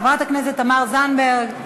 חברת הכנסת תמר זנדברג,